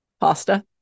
pasta